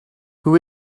who